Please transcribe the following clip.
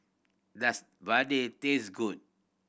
does Vadai taste good